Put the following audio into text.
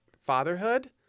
fatherhood